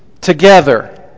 together